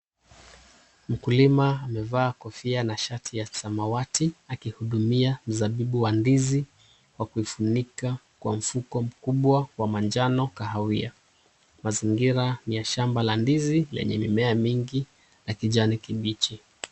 Mkulima amevaa kofia na shati ya rangi ya samawati akihudumia mzabibu wa ndizi kwa kufunika kwa mfuko mkubwa wa manjano kahawia, mazingira ni ya shamba la ndizi lenye mimea mingi na kijani kibichi